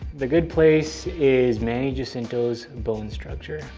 the good place is manny jacinto's bone structure.